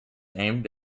aimed